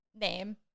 name